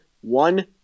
One